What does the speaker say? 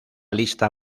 lista